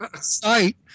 sight